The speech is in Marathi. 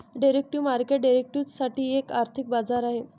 डेरिव्हेटिव्ह मार्केट डेरिव्हेटिव्ह्ज साठी एक आर्थिक बाजार आहे